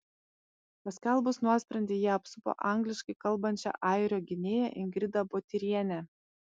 paskelbus nuosprendį jie apsupo angliškai kalbančią airio gynėją ingrida botyrienę